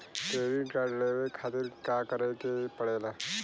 Credit card लेवे खातिर का करे के पड़ेला?